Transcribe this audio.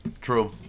True